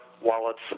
wallets